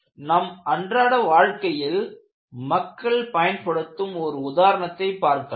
நம் அன்றாட வாழ்க்கையில் மக்கள் பயன்படுத்தும் ஒரு உதாரணத்தை பார்க்கலாம்